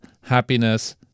happiness